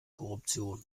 korruption